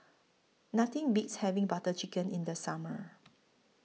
Nothing Beats having Butter Chicken in The Summer